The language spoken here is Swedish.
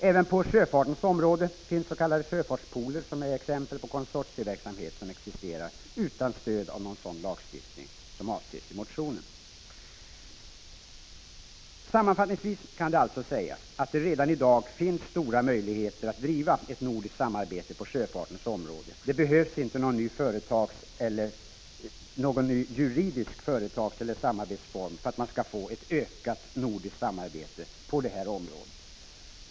Även på sjöfartens område finns s.k. sjöfarts pooler, som är exempel på konsortieverksamhet som existerar utan stöd av Sammanfattningsvis kan det alltså sägas att det redan i dag finns stora möjligheter att bedriva ett nordiskt samarbete på sjöfartens område. Det behövs inte någon ny juridisk företagseller samarbetsform för att man skall få ett ökat nordiskt samarbete på detta område.